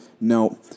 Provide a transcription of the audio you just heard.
Now